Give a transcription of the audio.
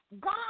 God